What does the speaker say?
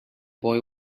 boy